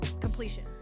completion